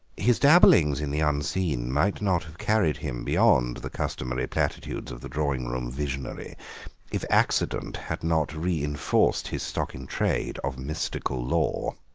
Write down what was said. his dabblings in the unseen might not have carried him beyond the customary platitudes of the drawing-room visionary if accident had not reinforced his stock-in-trade of mystical lore.